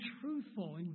truthful